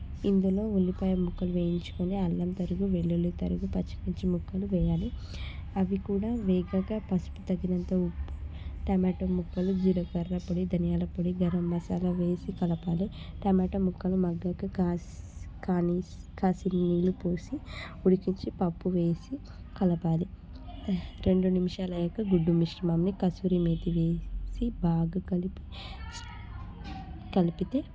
ఇందులో ఉల్లిపాయ ముక్కలు వేయించుకొని అల్లం తరుగు వెల్లుల్లి తరుగు పచ్చిమిర్చి ముక్కలు వేయాలి అవి కూడా వేగాక పసుపు తగినంత ఉప్పు టమాట ముక్కలు జీలకర్ర పొడి ధనియాల పొడి గరం మసాలా వేసి కలపాలి టమాటా ముక్కలు మగ్గాక కాసి కానీస్ కాసిన్ని నీళ్లు పోసి ఉడికించి పప్పు వేసి కలపాలి రెండు నిమిషాలు అయ్యాక గుడ్డు మిశ్రమాన్ని కస్తూరి మేతి వేసి బాగా కలిపి కలిపితే